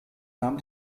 nahm